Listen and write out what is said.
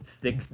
thick